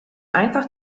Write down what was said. einfach